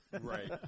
Right